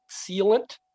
sealant